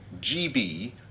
GB